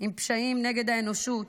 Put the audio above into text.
בפשעים נגד האנושות,